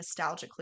nostalgically